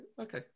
okay